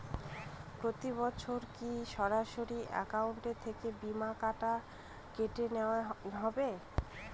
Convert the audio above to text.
প্রতি বছর কি সরাসরি অ্যাকাউন্ট থেকে বীমার টাকা কেটে নেওয়া হবে?